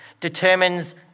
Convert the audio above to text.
determines